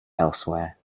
elsewhere